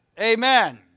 Amen